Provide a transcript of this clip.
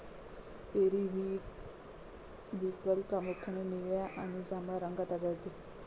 periwinkle प्रामुख्याने निळ्या आणि जांभळ्या रंगात आढळते